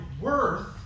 worth